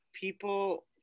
people